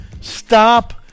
stop